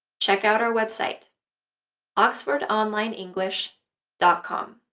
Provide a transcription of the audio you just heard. check out our website oxford online english dot com.